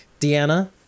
Deanna